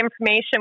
information